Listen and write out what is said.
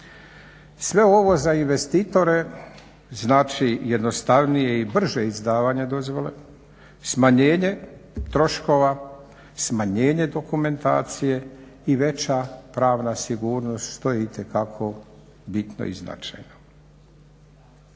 Sve ovo za investitore znači jednostavnije i brže izdavanje dozvole, smanjenje troškova, smanjenje dokumentacije i veća pravna sigurnost što je itekako bitno i značajno.